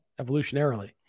evolutionarily